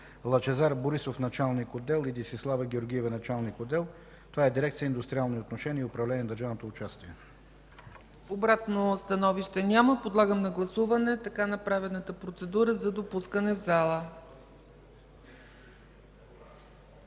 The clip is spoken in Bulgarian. Лъчезар Борисов – началник отдел, и Десислава Георгиева – началник отдел. Това е дирекция „Индустриални отношения и управление на държавното участие”. ПРЕДСЕДАТЕЛ ЦЕЦКА ЦАЧЕВА: Обратно становище? Няма. Подлагам на гласуване така направената процедура за допускане в залата.